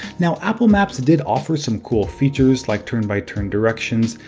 now apple maps did offer some cool features like turn-by-turn directions,